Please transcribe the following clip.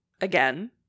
again